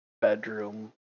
bedroom